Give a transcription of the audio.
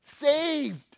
saved